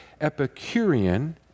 Epicurean